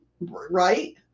Right